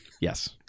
Yes